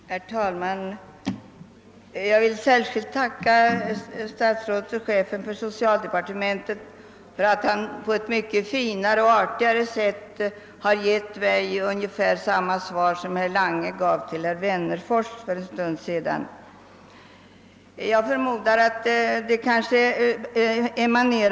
Herr talman! Jag vill särskilt tacka statsrådet och chefen för socialdepartementet för att han på ett mycket finare och artigare sätt har gett mig ungefär samma svar som statsrådet Lange för en stund sedan gav herr Wennerfors.